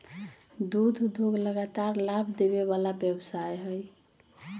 दुध उद्योग लगातार लाभ देबे वला व्यवसाय हइ